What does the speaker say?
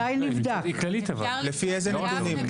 לפי איזה נתונים?